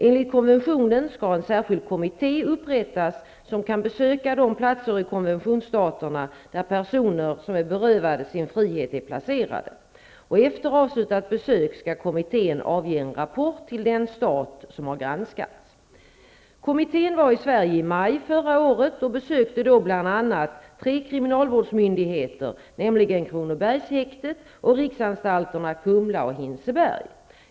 Enligt konventionen skall en särskild kommitté upprättas som kan besöka de platser i konventionsstaterna där personer som är berövade sin frihet är placerade, och efter avslutat besök skall kommittén avge en rapport till den stat som har granskats. Kommittén var i Sverige i maj förra året och besökte då bl.a. tre kriminalvårdsmyndigheter, nämligen Kronobergshäktet och riksanstalterna Kumla och Hinseberg.